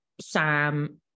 Sam